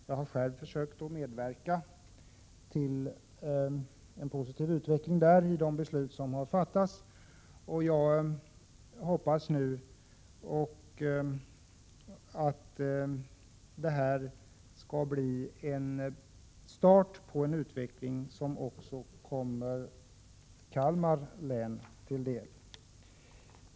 Jag har själv försökt medverka till en positiv utveckling där och deltagit i de beslut som har fattats, och jag hoppas nu att detta skall bli starten på en utveckling som också kommer Kalmar län till del.